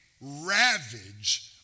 ravage